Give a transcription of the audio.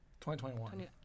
2021